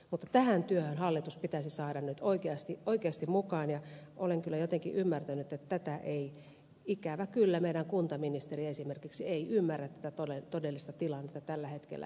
mutta tähän työhön hallitus pitäisi saada nyt oikeasti mukaan ja olen kyllä jotenkin ymmärtänyt että ikävä kyllä meidän kuntaministerimme esimerkiksi ei ymmärrä tätä todellista tilannetta tällä hetkellä